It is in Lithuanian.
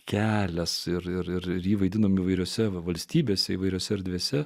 kelias ir ir jį vaidiname įvairiose valstybėse įvairiose erdvėse